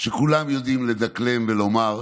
שכולם יודעים לדקלם ולומר.